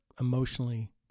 emotionally